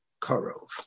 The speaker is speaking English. Korov